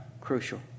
crucial